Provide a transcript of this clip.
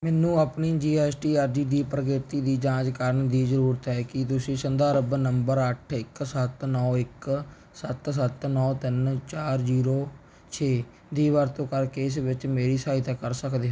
ਮੈਨੂੰ ਆਪਣੀ G S T ਅਰਜ਼ੀ ਦੀ ਪ੍ਰਗਤੀ ਦੀ ਜਾਂਚ ਕਰਨ ਦੀ ਜ਼ਰੂਰਤ ਹੈ ਕੀ ਤੁਸੀਂ ਸੰਦਰਭ ਨੰਬਰ ਅੱਠ ਇੱਕ ਸੱਤ ਨੌ ਇੱਕ ਸੱਤ ਸੱਤ ਨੌ ਤਿੰਨ ਚਾਰ ਜ਼ੀਰੋ ਛੇ ਦੀ ਵਰਤੋਂ ਕਰਕੇ ਇਸ ਵਿੱਚ ਮੇਰੀ ਸਹਾਇਤਾ ਕਰ ਸਕਦੇ